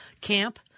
camp